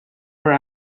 were